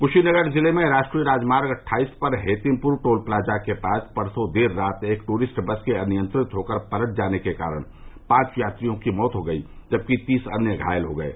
कुशीनगर जिले में राष्ट्रीय राजमार्ग अट्ठाईस पर हेतिमपुर टोलप्लाजा के पास परसों देर रात एक टूरिस्ट बस के अनियंत्रित होकर पलट जाने के कारण पांच यात्रियों की मौत हो गयी जबकि तीस अन्य घायल हो गये